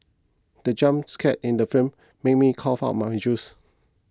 the jump scare in the film made me cough out my juice